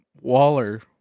Waller